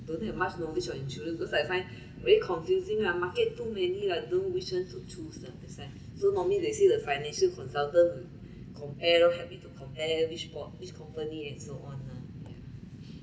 don't think have much knowledge on insurance because I find very confusing lah market to many lah don't know which one the truth lah that's why so normally they say the financial consultant compare loh help to compare which board which company they still on lah yeah